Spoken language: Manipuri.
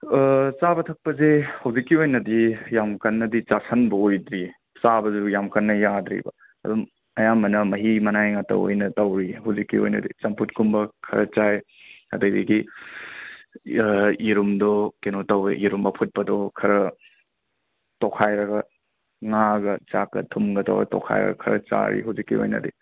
ꯆꯥꯕ ꯊꯛꯄꯁꯦ ꯍꯧꯖꯤꯛꯀꯤ ꯑꯣꯏꯅꯗꯤ ꯌꯥꯝꯅ ꯀꯟꯅꯗꯤ ꯆꯥꯁꯤꯟꯕ ꯑꯣꯏꯗ꯭ꯔꯤꯌꯦ ꯆꯥꯕꯁꯨ ꯌꯥꯝꯅ ꯀꯟꯅ ꯌꯥꯗ꯭ꯔꯤꯕ ꯑꯗꯨꯝ ꯑꯌꯥꯝꯕꯅ ꯃꯍꯤ ꯃꯅꯥꯏ ꯉꯥꯛꯇ ꯑꯣꯏꯅ ꯇꯧꯔꯤꯌꯦ ꯍꯧꯖꯤꯛꯀꯤ ꯑꯣꯏꯅꯗꯤ ꯆꯝꯐꯨꯠꯀꯨꯝꯕ ꯈꯔ ꯆꯥꯏ ꯑꯗꯩꯗꯒꯤ ꯌꯦꯔꯨꯝꯗꯣ ꯀꯩꯅꯣ ꯇꯧꯋꯦ ꯌꯦꯔꯨꯝ ꯑꯐꯨꯠꯄꯗꯣ ꯈꯔ ꯇꯣꯛꯈꯥꯏꯔꯒ ꯉꯥꯒ ꯆꯥꯛꯀ ꯊꯨꯝꯒ ꯇꯧꯔ ꯇꯣꯈꯥꯏꯔꯒ ꯈꯔ ꯆꯥꯔꯤ ꯍꯧꯖꯤꯛꯀꯤ ꯑꯣꯏꯅꯗꯤ